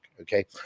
okay